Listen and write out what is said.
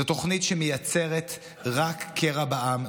זו תוכנית שמייצרת רק קרע בעם,